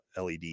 led